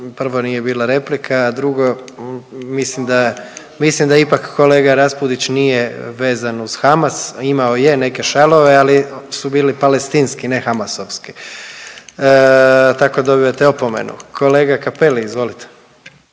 Prvo, nije bila replika, a drugo, mislim da, mislim da ipak kolega Raspudić nije vezan uz Hamas, imao je neke šalove, ali su bili palestinski, ne hamasovski. Tako dobivate opomenu. Kolega Cappelli, izvolite.